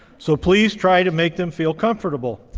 so please try to make them feel comfortable.